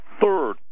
third